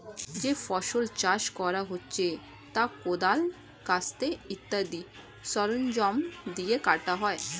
যে ফসল চাষ করা হচ্ছে তা কোদাল, কাস্তে ইত্যাদি সরঞ্জাম দিয়ে কাটা হয়